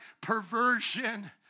perversion